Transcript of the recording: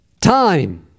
time